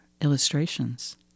illustrations